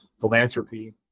philanthropy